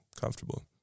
comfortable